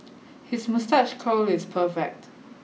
his moustache curl is perfect